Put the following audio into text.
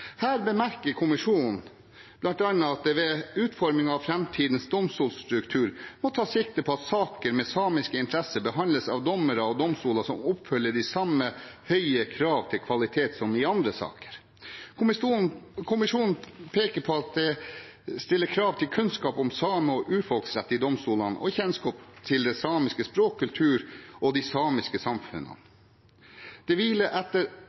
Her bemerker kommisjonen bl.a. at det ved utforming av framtidens domstolstruktur må tas sikte på at saker med samiske interesser behandles av dommere og domstoler som oppfyller de samme høye krav til kvalitet som i andre saker. Kommisjonen peker på at det stiller krav til kunnskap om samer og urfolksrett i domstolen og kjennskap til samisk språk og kultur og de samiske samfunnene. Det hviler etter